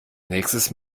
nächstes